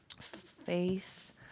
faith